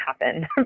happen